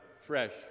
fresh